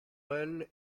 elle